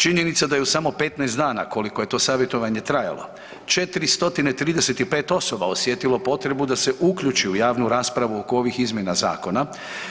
Činjenica je da je u samo 15 dana koliko je savjetovanje trajalo 435 osoba osjetilo potrebu da se uključi u javnu raspravu oko ovih izmjena zakona